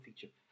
feature